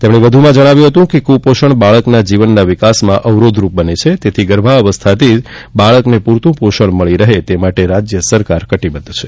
તેમણે વધુમાં જણાવ્યું હતું કે કુપોષણ બાળકના જીવન વિકાસમાં અવરોધરૂપ બને છે તેથી ગર્ભવસ્થાથી જ બાળકને પૂરતું પોષણ મળી રહે તે માટે રાજ્ય સરકાર કટિબધ્ધ છે